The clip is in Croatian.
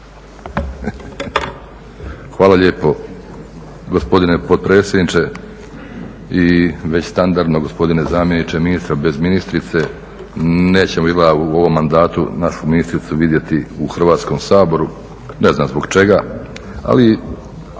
Hvala lijepo gospodine potpredsjedniče i već standardno gospodine zamjeniče ministra bez ministrice, nećemo izgleda u ovom mandatu našu ministricu vidjeti u Hrvatskom saboru, ne znam zbog čega, ali